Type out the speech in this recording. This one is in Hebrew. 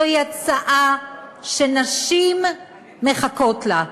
זוהי הצעה שנשים מחכות לה.